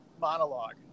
monologue